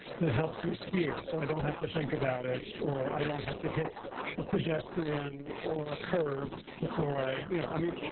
that helps me steer so i don't have to think about it, or i don't have to hit a pedestrian or a curb before i you know, i mean,